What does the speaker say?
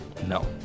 No